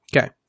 Okay